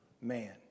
man